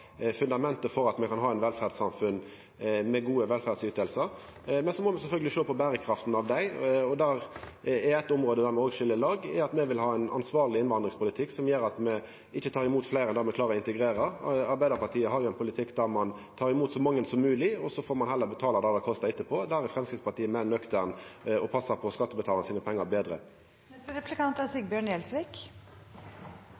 fundamentet for at me kan ha eit velferdssamfunn med gode velferdsytingar. Men me må sjølvsagt sjå på berekrafta av dei, og eitt område kor me òg skil lag, er at me vil ha ein ansvarleg innvandringspolitikk, som gjer at me ikkje tek imot fleire enn me klarar å integrera. Arbeidarpartiet har ein politikk for å ta inn så mange som mogleg, og så får ein heller betala det som det kostar etterpå. Her er Framstegspartiet meir nøkterne og passar betre på pengane til skattebetalarane.